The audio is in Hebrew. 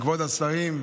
כבוד השרים,